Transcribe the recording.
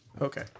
Okay